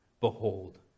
Behold